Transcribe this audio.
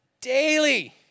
daily